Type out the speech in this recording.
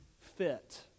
fit